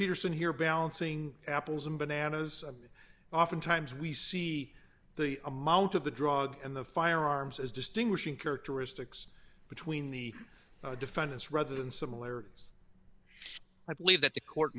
peterson here balancing apples and bananas oftentimes we see the amount of the drug in the firearms as distinguishing characteristics between the defendants rather than similarities i believe that the court